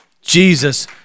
Jesus